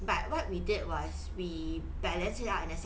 but what we did was we balance ya and